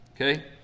Okay